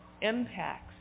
impacts